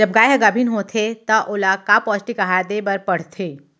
जब गाय ह गाभिन होथे त ओला का पौष्टिक आहार दे बर पढ़थे?